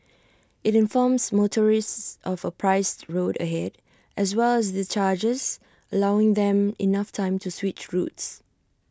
IT informs motorists of A priced road ahead as well as the charges allowing them enough time to switch routes